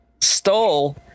stole